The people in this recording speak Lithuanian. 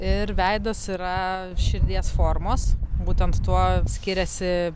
ir veidas yra širdies formos būtent tuo skiriasi